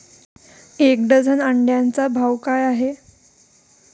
एक डझन अंड्यांचा भाव काय आहे?